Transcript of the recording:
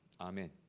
Amen